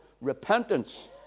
repentance